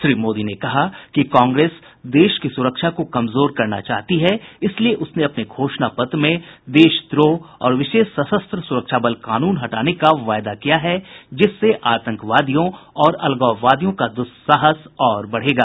श्री मोदी ने कहा कि कांग्रेस देश की सुरक्षा को कमजोर करना चाहती है इसलिए उसने अपने घोषणा पत्र में देशद्रोह और विशेष सशस्त्र सुरक्षा बल कानून हटाने का वायदा किया है जिससे आतंकवादियों और अलगाववादियों का दुस्साहस और बढ़ेगा